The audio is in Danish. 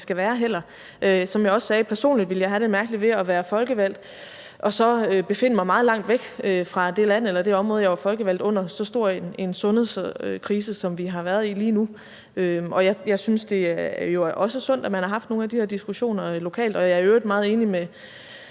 Som jeg også sagde, ville jeg personligt have det mærkeligt med at være folkevalgt og så befinde mig meget langt væk fra det land eller det område, jeg var folkevalgt i, under så stor en sundhedskrise som den, vi har været i lige nu. Og jeg synes jo også, det er sundt, at man har haft nogle af de der diskussioner lokalt. Jeg er i øvrigt meget enig med